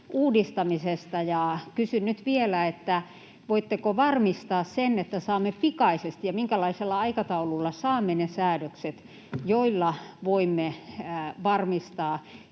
uudistamisesta. Ja kysyn nyt vielä: voitteko varmistaa sen, että saamme pikaisesti, ja minkälaisella aikataululla saamme ne säädökset, joilla voimme varmistaa,